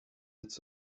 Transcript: its